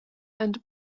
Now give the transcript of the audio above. and